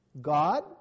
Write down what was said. God